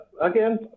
again